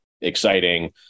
exciting